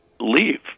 leave